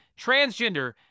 transgender